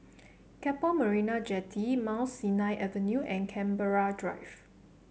Keppel Marina Jetty Mount Sinai Avenue and Canberra Drive